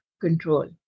control